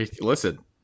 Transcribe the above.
listen